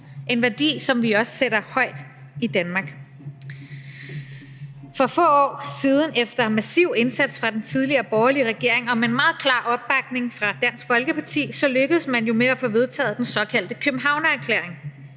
en værdi, som vi også sætter højt i Danmark. For få år siden efter massiv indsats fra den tidligere borgerlige regering og med en meget klar opbakning fra Dansk Folkeparti lykkedes man jo med at få vedtaget den såkaldte Københavnererklæring.